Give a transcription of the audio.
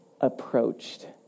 approached